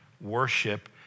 worship